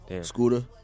Scooter